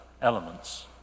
elements